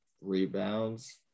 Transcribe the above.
rebounds